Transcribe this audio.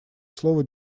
слово